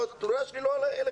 התלונה שלי היא לא אליכם